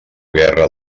guerra